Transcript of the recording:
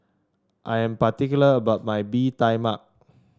I am particular about my Bee Tai Mak